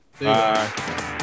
Bye